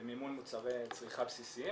למימון מוצרי צריכה בסיסיים.